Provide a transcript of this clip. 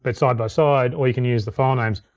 beside by side, or you can use the file names.